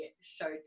showed